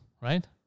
right